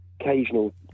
occasional